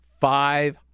five